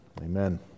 Amen